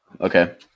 Okay